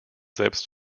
selbst